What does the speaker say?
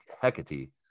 Hecate